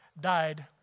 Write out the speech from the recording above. died